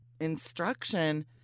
instruction